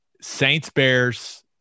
Saints-Bears